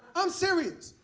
i'm serious.